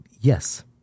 yes